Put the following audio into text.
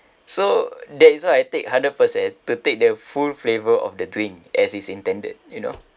so that's why I take hundred percent to take the full flavour of the drink as its intended you know